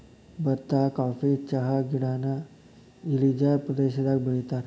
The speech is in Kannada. ಬತ್ತಾ ಕಾಫಿ ಚಹಾಗಿಡಾನ ಇಳಿಜಾರ ಪ್ರದೇಶದಾಗ ಬೆಳಿತಾರ